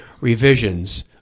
revisions